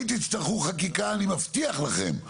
אם תצטרכו חקיקה אני מבטיח לכם,